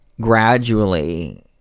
gradually